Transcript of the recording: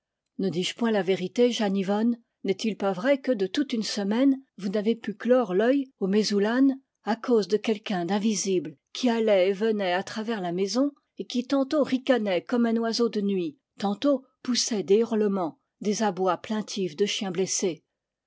ne dis-je point la vérité jeanne yvonne n'est-il pas vrai que de toute une semaine vous n'avez pu clore l'œil au mézou lann à cause de quelqu'un d'invisible qui allait et venait à travers la maison et qui tantôt ricanait comme un oiseau de nuit tantôt poussait des hurlements des abois plaintifs de chien blessé